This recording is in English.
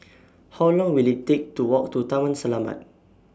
How Long Will IT Take to Walk to Taman Selamat